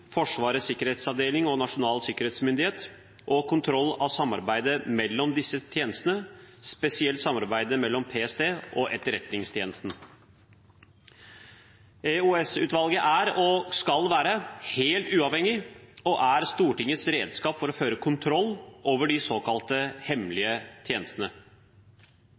Forsvarets sikkerhetsavdeling og Nasjonal sikkerhetsmyndighet og kontroll av samarbeidet mellom disse tjenestene, spesielt samarbeidet mellom PST og Etterretningstjenesten. EOS-utvalget er, og skal være, helt uavhengig, og er Stortingets redskap for å føre kontroll med de såkalte hemmelige tjenestene.